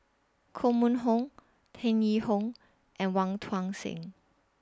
Koh Mun Hong Tan Yee Hong and Wong Tuang Seng